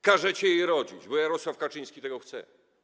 Każecie jej rodzić, bo Jarosław Kaczyński tego chce.